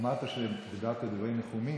אמרת שדיברת דברי ניחומים,